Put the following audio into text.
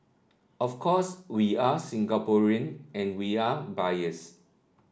of course we are Singaporean and we are biased